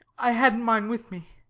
i hadn't mine with me.